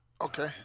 okay